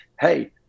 hey